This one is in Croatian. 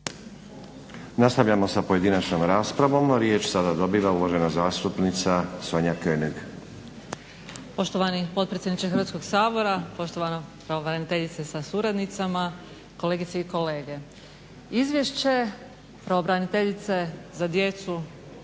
Nastavljamo sa pojedinačnom raspravom. Riječ sada dobiva uvažena zastupnica Sonja König. **König, Sonja (HNS)** Poštovani potpredsjedniče Hrvatskog sabora, poštovana pravobraniteljice sa suradnicama, kolegice i kolege. Izvješće pravobraniteljice za djecu